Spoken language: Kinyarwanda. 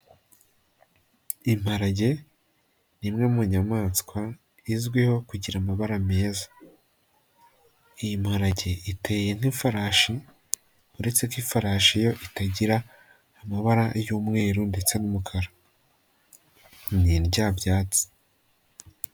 Imparage ni imwe mumaswa izwiho kugira amabara meza. Iyiparage iteye nk'ifarashi uretse ko ifarashi itagira amabara y'umweru ndetse n'umukara. Ni indyabyatsi.